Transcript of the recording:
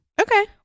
Okay